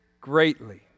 greatly